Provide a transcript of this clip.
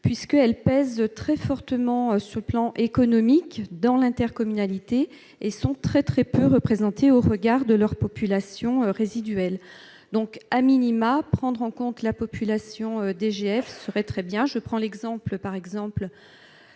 puisque elle pèse très fortement sur le plan économique dans l'intercommunalité et sont très très peu représentées au regard de leur population résiduelle donc a minima à prendre en compte la population DGF serait très bien, je prends l'exemple par exemple